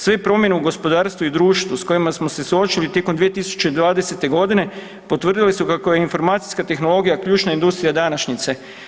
Sve promjene u gospodarstvu i društvu s kojima smo se suočili tijekom 2020.g. potvrdile su kako je informacijska tehnologija ključna industrija današnjice.